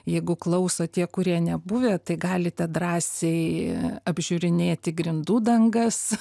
jeigu klauso tie kurie nebuvę tai galite drąsiai apžiūrinėti grindų dangas